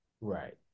Right